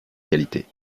qualité